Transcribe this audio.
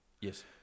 Yes